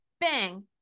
bang